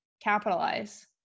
capitalize